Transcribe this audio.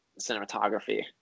cinematography